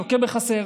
לוקה בחסר.